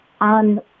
on